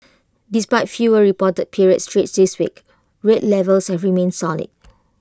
despite fewer reported period trades this week rate levels have remained solid